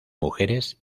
mujeres